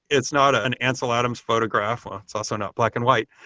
it's not an ansel adams photograph. ah it's also not black and white,